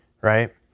right